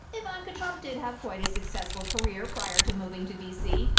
ivanka trump did have quite a successful career prior to moving to d c.